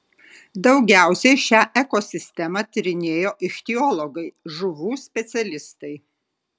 daugiausiai šią ekosistemą tyrinėjo ichtiologai žuvų specialistai